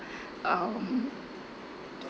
um